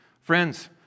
Friends